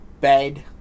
bed